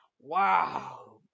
Wow